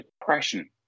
depression